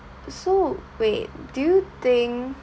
so wait do you think